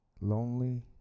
lonely